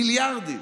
מיליארדים.